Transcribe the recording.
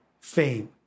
fame